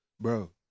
Bro